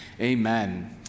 amen